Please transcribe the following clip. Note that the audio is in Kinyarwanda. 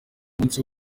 munsi